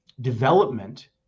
development